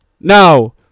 Now